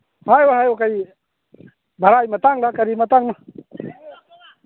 ꯍꯥꯏꯌꯨ ꯍꯥꯏꯌꯨ ꯀꯔꯤ ꯚꯔꯥꯏ ꯃꯇꯥꯡꯂꯥ ꯀꯔꯤ ꯃꯇꯥꯡ